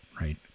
right